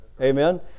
Amen